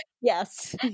Yes